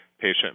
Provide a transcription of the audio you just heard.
patient